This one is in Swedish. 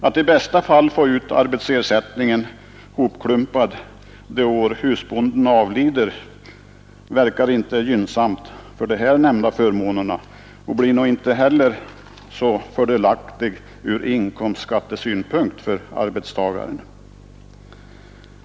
Att i bästa fall få ut arbetsersättningen hopklumpad till det år då husbonden eller fadern avlider verkar inte gynnsamt för de här nämnda förmånerna och det blir nog inte heller fördelaktigt för arbetstagaren ur inkomstskattesynpunkt.